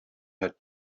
had